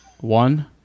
One